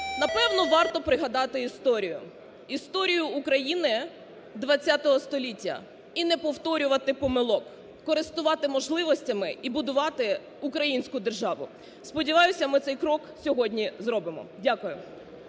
Напевно, варто пригадати історію, історію України ХХ століття і не повторювати помилок, користуватись можливостями і будувати українську державу. Сподіваюся, ми цей крок сьогодні зробимо. Дякую.